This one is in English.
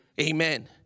amen